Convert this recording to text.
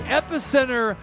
epicenter